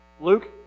Luke